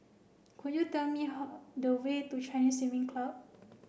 could you tell me the way to Chinese Swimming Club